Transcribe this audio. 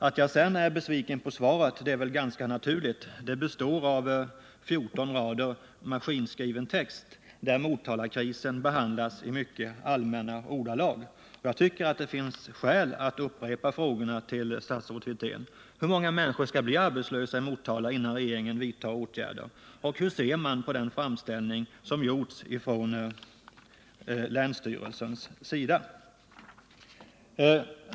Att jag är besviken på svaret är väl ganska naturligt. Det består av 14 rader maskinskriven text, där Motalakrisen behandlas i mycket allmänna ordalag. Jag tycker det finns skäl att upprepa frågorna till statsrådet Wirtén. Hur många människor skall bli arbetslösa i Motala innan regeringen vidtar åtgärder? Hur ser man på den framställning som gjorts från länsstyrelsens sida?